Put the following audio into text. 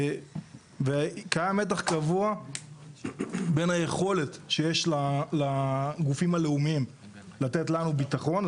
וקיים מתח קבוע בין היכולת שיש לגופים הלאומיים לתת לנו ביטחון,